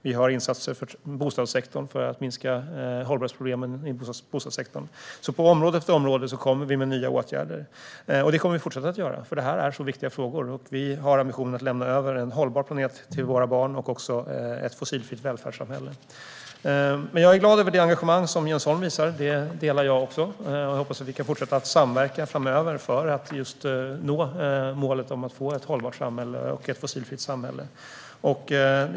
Vi har insatser för att minska hållbarhetsproblemen i bostadssektorn. På område efter område kommer vi med nya åtgärder. Det kommer vi att fortsätta med, för detta är så viktiga frågor. Vi har ambitionen att lämna över en hållbar planet till våra barn och också ett fossilfritt välfärdssamhälle. Jag är glad över det engagemang som Jens Holm visar. Det delar jag också, och jag hoppas att vi kan fortsätta samverka framöver för att just nå målet om ett hållbart och fossilfritt samhälle.